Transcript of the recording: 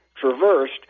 traversed